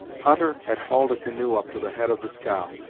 hutter had hauled a canoe up to the head of the scow,